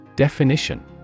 Definition